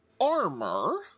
armor